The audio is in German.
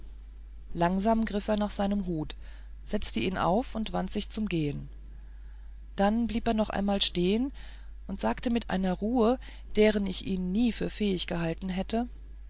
langsam griff er nach seinem hut setzte ihn auf und wandte sich zum gehen dann blieb er noch einmal stehen und sagte mit einer ruhe deren ich ihn nie für fähig gehalten hätte